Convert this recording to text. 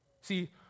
See